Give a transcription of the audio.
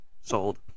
sold